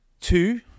two